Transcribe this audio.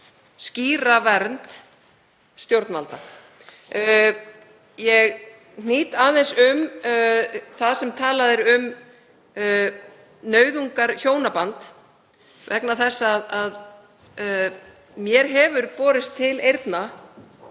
skýra vernd stjórnvalda. Ég hnýt aðeins um að talað er um nauðungarhjónaband vegna þess að mér hefur borist til eyrna